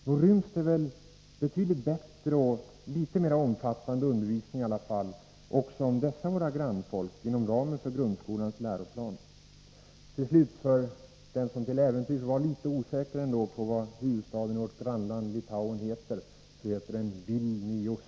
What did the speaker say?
Nog ryms det väl betydligt bättre och litet mer omfattande undervisning också om dessa våra grannfolk inom ramen för grundskolans läroplan? Till slut, för den som till äventyrs var litet osäker ändå: Huvudstaden i vårt grannland Litauen heter Vilnius!